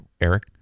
Eric